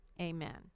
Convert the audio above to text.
amen